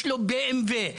נוהג ב- BMW,